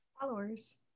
followers